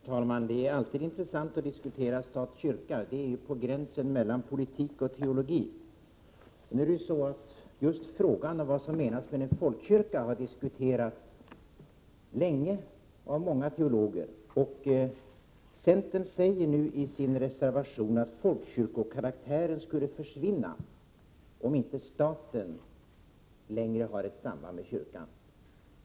Herr talman! Det är alltid intressant att diskutera stat-kyrka. Det är en fråga på gränsen mellan politik och teologi. Men just frågan om vad som menas med en folkkyrka har ju diskuterats länge och av många teologer. Centern säger nu i sin reservation att folkkyrkokaraktären skulle försvinna om staten inte längre hade ett samband med kyrkan.